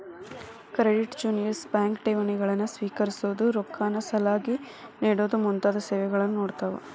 credit union bank ಠೇವಣಿಗಳನ್ನ ಸ್ವೇಕರಿಸೊದು, ರೊಕ್ಕಾನ ಸಾಲವಾಗಿ ನೇಡೊದು ಮುಂತಾದ ಸೇವೆಗಳನ್ನ ನೇಡ್ತಾವ